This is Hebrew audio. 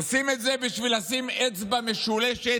עושים את זה בשביל לשים אצבע משולשת,